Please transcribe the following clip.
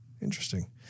Interesting